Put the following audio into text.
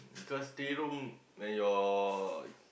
cause three room when your